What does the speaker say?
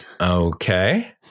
Okay